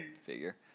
figure